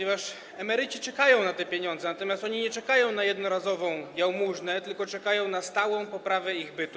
Emeryci czekają na te pieniądze, natomiast oni nie czekają na jednorazową jałmużnę, tylko czekają na stałą poprawę ich bytu.